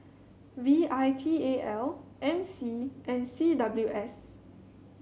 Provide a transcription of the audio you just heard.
V I T A L M C and C W S